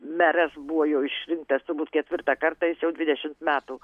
meras buvo jau išrinktas turbūt ketvirtą kartą jis jau dvidešimt metų